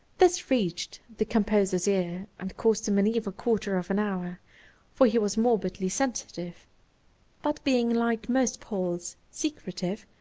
this reached the composer's ear and caused him an evil quarter of an hour for he was morbidly sensitive but being, like most poles, secretive,